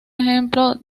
ejemplo